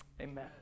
Amen